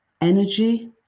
energy